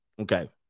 Okay